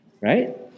right